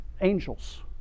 angels